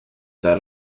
that